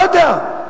לא יודע.